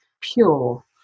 pure